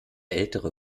ältere